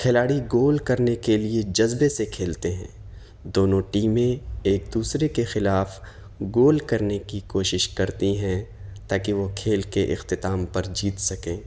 کھلاڑی گول کرنے کے لیے جذبے سے کھیلتے ہیں دونوں ٹیمیں ایک دوسرے کے خلاف گول کرنے کی کوشش کرتی ہیں تاکہ وہ کھیل کے اختتام پر جیت سکیں